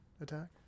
attack